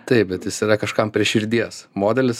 taip bet jis yra kažkam prie širdies modelis